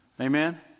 Amen